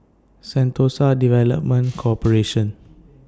Sentosa Development Corporation